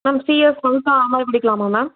ma'am CS Python அது மாதிரி படிக்கலாமா மேம்